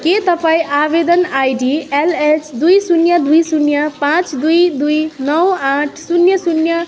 के तपाईँँ आवेदन आइडी एलएच दुई शून्य दुई शून्य पाँच दुई दुई नौ आठ शून्य शून्य